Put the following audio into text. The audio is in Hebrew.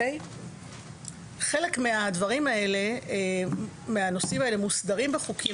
חלק מהנושאים האלה מוסדרים בחוקים,